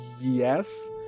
yes